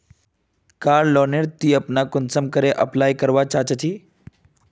कार loan नेर ती अपना कुंसम करे अप्लाई करवा चाँ चची?